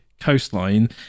coastline